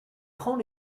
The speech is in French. prend